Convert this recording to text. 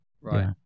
Right